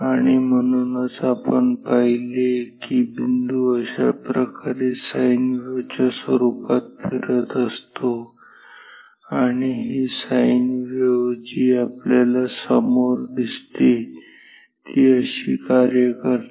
आणि म्हणूनच आपण पाहिले की बिंदु अशा प्रकारे साइन वेव्ह च्या स्वरुपात फिरत असतो आणि ही साइन वेव्ह जी आपल्या समोर दिसते ती अशी कार्य करते